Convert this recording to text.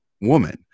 woman